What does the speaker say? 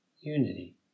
unity